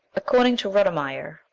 according to rutimeyer,